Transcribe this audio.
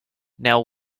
now